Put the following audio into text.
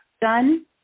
Done